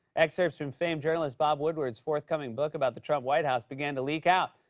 excerpts from famed journalist bob woodward's forthcoming book about the trump white house began to leak out,